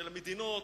של המדינות,